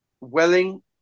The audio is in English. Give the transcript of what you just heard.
Welling